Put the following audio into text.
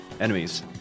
enemies